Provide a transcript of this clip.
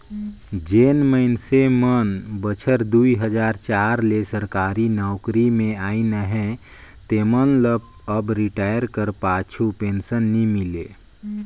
जेन मइनसे मन बछर दुई हजार चार ले सरकारी नउकरी में अइन अहें तेमन ल अब रिटायर कर पाछू पेंसन नी मिले